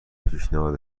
پیشنهاد